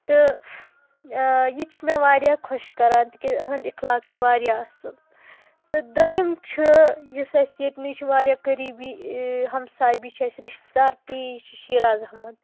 تہٕ یہِ چھُ مےٚ وارِیاہ خۄش کَران تِکیٛازِ إہنٛدۍ اخلاق چھِ وارِیاہ اَصٕل تہٕ دۄیِم چھِ یُس اَسہِ ییٚتہِ نٕے چھُ وارِیاہ قریبی ہمساے بیٚیہِ چھِ اَسہِ رشتہٕ دار تہِ یہِ چھُ شیراز احمد